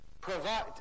provide